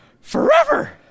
forever